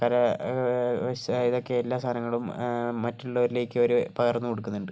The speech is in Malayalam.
കര വശ് ഇതൊക്കെ എല്ലാ സാധനങ്ങളും മറ്റുള്ളവരിലേക്കവർ പകർന്ന് കൊടുക്കുന്നുണ്ട്